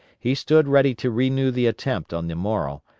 he stood ready to renew the attempt on the morrow,